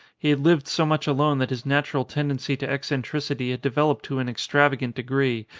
he had lived so much alone that his natural tendency to eccentricity had developed to an extravagant de gree,